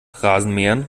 rasenmähern